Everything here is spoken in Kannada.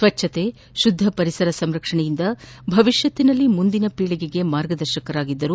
ಸ್ವಜ್ಞತೆ ಶುದ್ಧ ಪರಿಸರ ಸಂರಕ್ಷಣೆಯಿಂದ ಭವಿಷ್ಕತ್ತಿನಲ್ಲಿ ಮುಂದಿನ ಪೀಳಿಗೆಗೆ ಮಾರ್ಗದರ್ಶಕರಾಗಿದ್ದರು